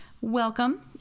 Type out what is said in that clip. welcome